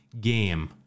game